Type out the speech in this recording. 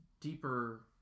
deeper